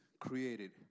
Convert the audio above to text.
created